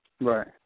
Right